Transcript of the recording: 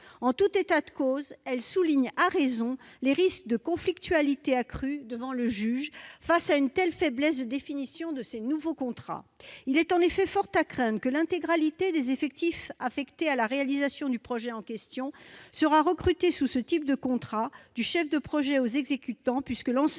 En tout état de cause, elle souligne à raison les risques de conflictualité accrus devant le juge, face à une telle faiblesse de définition de ces nouveaux contrats. Il est en effet fort à craindre que l'intégralité des effectifs affectés à la réalisation du projet en question seront recrutés sous ce type de contrat, du chef de projet aux exécutants, puisque l'ensemble